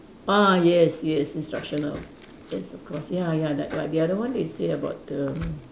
ah yes yes instructional yes of course ya ya like like the other one they say about the